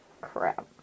Crap